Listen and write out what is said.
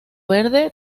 verde